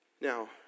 Now